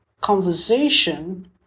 conversation